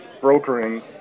brokering